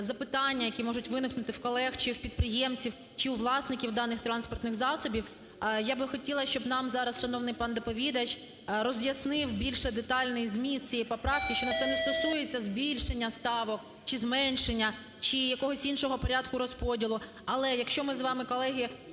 запитання, які можуть виникнути в колег чи в підприємців, чи у власників даних транспортних засобів, я би хотіла, щоб нам зараз шановний пан доповідач роз'яснив більше детальний зміст цієї поправки, що це не стосується збільшення ставок чи зменшення, чи якогось іншого порядку розподілу. Але, якщо ми з вами, колеги,